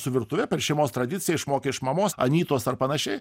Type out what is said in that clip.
su virtuve per šeimos tradiciją išmokė iš mamos anytos ar panašiai